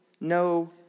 no